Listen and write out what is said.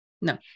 No